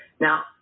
Now